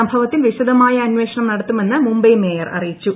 സംഭവത്തിൽ വിശദമായ അന്വേഷണം നടത്തുമെന്ന് മുംബൈ മേയർ അറിയിച്ചു